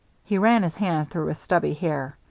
he ran his hand through his stubby hair.